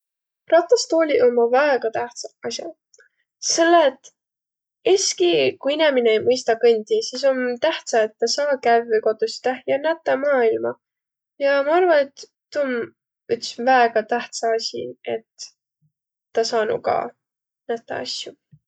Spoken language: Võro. Ratastooliq ommaq väega tähtsäq as'aq, selle et es'ki kui inemine ei mõistaq kõndiq, sis om tähtsä, et tä saa kävvüq kotussidõh ja nätäq maailma. Ja ma arva, et tuu om üts väega tähtsä asi, et tä saanuq ka nätäq asju.